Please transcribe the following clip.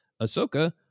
Ahsoka